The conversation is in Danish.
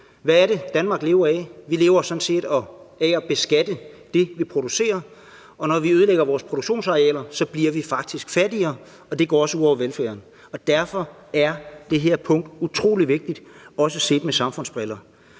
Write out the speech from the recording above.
Hvad er det, Danmark lever af? Vi lever sådan set af at beskatte det, vi producerer, og når vi ødelægger vores produktionsarealer, bliver vi faktisk fattigere, og det går også ud over velfærden. Derfor er det her punkt utrolig vigtigt, også set med samfundsbriller.